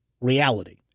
reality